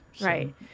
Right